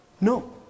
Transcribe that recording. No